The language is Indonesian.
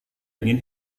ingin